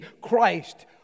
Christ